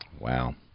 Wow